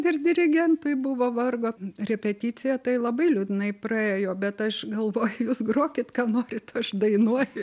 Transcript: ir dirigentui buvo vargo repeticija tai labai liūdnai praėjo bet aš galvoju jūs grokit ką norit aš dainuoju